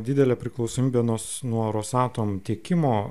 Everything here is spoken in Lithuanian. didelė priklausomybė nuo nuo rosatom tiekimo